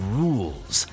rules